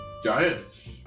Giants